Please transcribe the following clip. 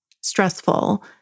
stressful